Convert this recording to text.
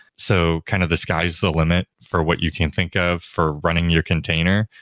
so kind of the sky's the limit for what you can think of for running your container.